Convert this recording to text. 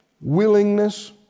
willingness